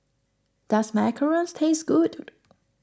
does Macarons taste good